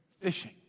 fishing